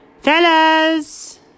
Fellas